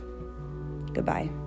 Goodbye